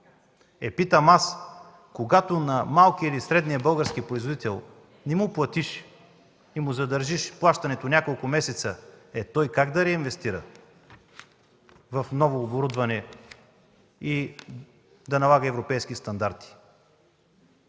аз питам: когато на малкия или средния български производител не платиш и задържиш плащането му няколко месеца, той как да реинвестира в ново оборудване и да налага европейски стандарти?!